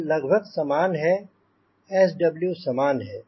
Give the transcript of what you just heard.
यह लगभग समान है SW समान है